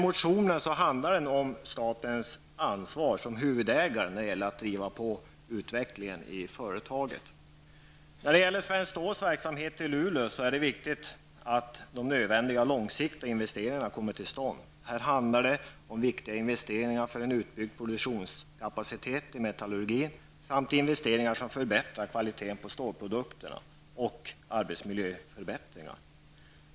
Motionen handlar om statens ansvar som huvudägare att driva på utvecklingen i företaget. När det gäller Svenskt Ståls verksamhet i Luleå är det viktigt att de nödvändiga långsiktiga investeringarna kommer till stånd. Det handlar om viktiga investeringar för en utbyggd produktionskapacitet i metallurgin, investeringar som förbättrar kvaliteten på stålprodukterna samt arbetsmiljöförbättringar.